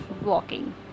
walking